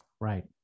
Right